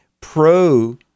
pro